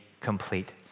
complete